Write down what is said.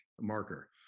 marker